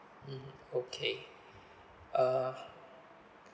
mm okay uh